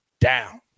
down